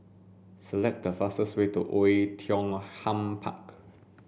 select the fastest way to Oei Tiong Ham Park